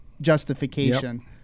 justification